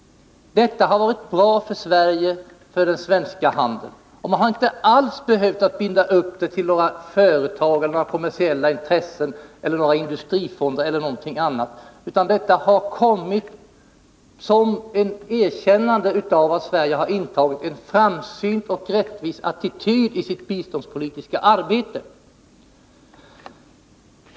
Detta har varit bra för Sverige och för den svenska handeln. Man har inte alls behövt binda biståndet till kommersiella intressen, industrifonder eller någonting annat, utan handeln med Sverige har utvecklats som ett erkännande av att vårt land har intagit en framsynt och rättvis attityd i sitt biståndspolitiska arbete.